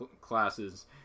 classes